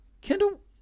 kendall